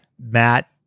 Matt